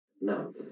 No